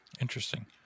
Interesting